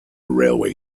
railway